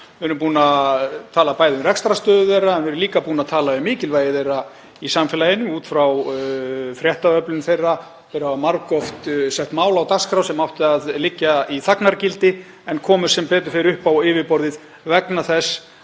Við erum búin að tala um rekstrarstöðu þeirra og við erum líka búin að tala um mikilvægi þeirra í samfélaginu út frá fréttaöflun þeirra. Þeir hafa margoft sett mál á dagskrá sem áttu að liggja í þagnargildi en komu sem betur fer upp á yfirborðið vegna þess